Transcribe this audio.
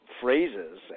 phrases